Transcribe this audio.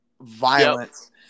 violence